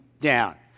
down